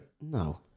No